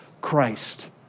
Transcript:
Christ